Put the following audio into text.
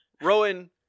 Rowan